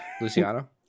Luciano